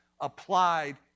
applied